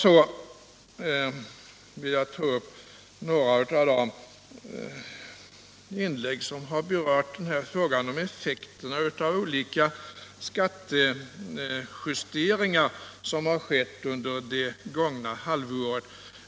Jag vill också ta upp några av de inlägg som berört frågan om effekterna av olika skattejusteringar under det gångna halvåret.